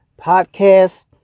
podcast